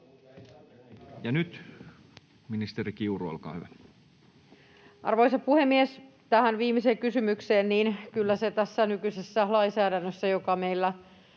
Ja nyt ministeri Kiuru, olkaa hyvä. Arvoisa puhemies! Tähän viimeiseen kysymykseen: kyllä se tässä nykyisessä lainsäädännössä, joka meillä